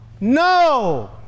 No